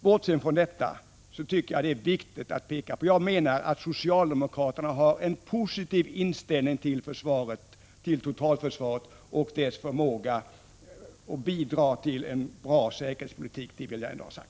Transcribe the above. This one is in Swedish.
Bortsett från detta tycker jag att det är viktigt att peka på att socialdemokraterna enligt min mening har en positiv inställning till totalförsvaret och dess förmåga att bidra till en bra säkerhetspolitik. Det vill jag ändå ha sagt.